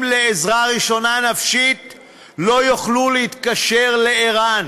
לעזרה ראשונה נפשית יוכלו להתקשר לער"ן?